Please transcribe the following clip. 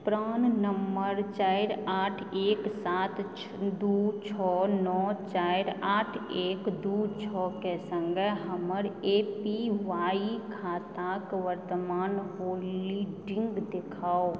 प्राण number चारि आठ एक सात दू छओ नओ चारि आठ एक दू छओके सङ्गे हमर ए पी वाई खाताक वर्तमान होल्डिंग देखाउ